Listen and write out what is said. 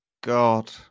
God